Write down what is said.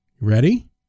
Ready